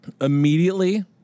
Immediately